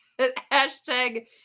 hashtag